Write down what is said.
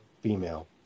female